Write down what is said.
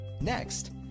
Next